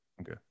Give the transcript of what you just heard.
okay